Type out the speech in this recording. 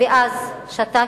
ואז שתקתם.